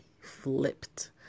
flipped